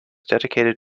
dedicated